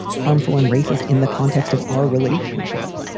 harmful and racist in the context of our relationship?